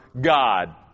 God